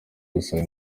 gusaba